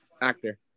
actor